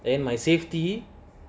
and my safety